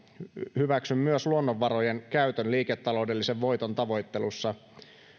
hyväksyn myös luonnonvarojen käytön liiketaloudellisen voiton tavoittelussa